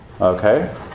Okay